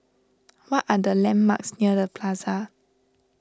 what are the landmarks near the Plaza